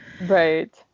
Right